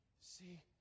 See